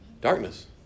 Darkness